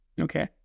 Okay